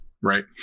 right